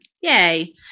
Yay